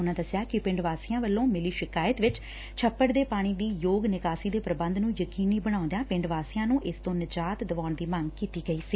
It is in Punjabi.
ਉਨੂਾ ਦਸਿਆ ਕਿ ਪਿੰਡ ਵਾਸੀਆ ਵੱਲੋਂ ਮਿਲੀ ਸ਼ਿਕਾਇਤ ਵਿਚ ਛੱਪੜ ਦੇ ਪਾਣੀ ਦੀ ਯੋਗ ਨਿਕਾਸੀ ਦੇ ਪ੍ਬੰਧ ਨੂੰ ਯਕੀਨੀ ਬਣਾਉਂਦਿਆਂ ਪਿੰਡ ਵਾਸੀਆਂ ਨੂੰ ਇਸ ਤੋਂ ਨਿਜਾਤ ਦਵਾਉਣ ਦੀ ਮੰਗ ਕੀਤੀ ਗਈ ਸੀ